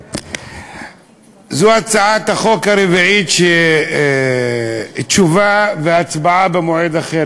זו הצעת החוק הרביעית שתשובה והצבעה במועד אחר,